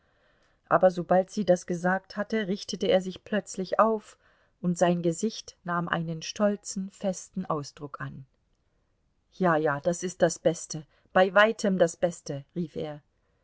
aber sobald sie das gesagt hatte richtete er sich plötzlich auf und sein gesicht nahm einen stolzen festen ausdruck an ja ja das ist das beste bei weitem das beste rief er